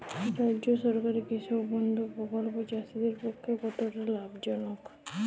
রাজ্য সরকারের কৃষক বন্ধু প্রকল্প চাষীদের পক্ষে কতটা লাভজনক?